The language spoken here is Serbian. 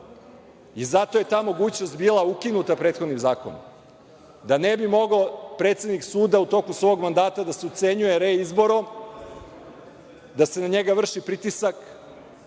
I zato je ta mogućnost bila ukinuta prethodnim zakonom. Da ne bi mogao predsednik suda u toku svog mandata da se ucenjuje reizborom, da se na njega vrši pritisak,